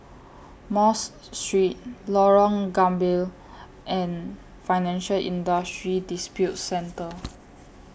Mosque Street Lorong Gambir and Financial Industry Disputes Center